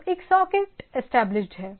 तोएक socket established हैं